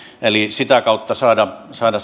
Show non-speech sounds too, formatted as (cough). eli sitä kautta saada saada (unintelligible)